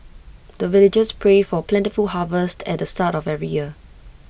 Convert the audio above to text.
the villagers pray for plentiful harvest at the start of every year